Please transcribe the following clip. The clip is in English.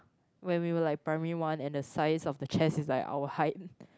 when we were like primary one and the size of the chess is like our height